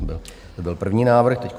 To byl první návrh.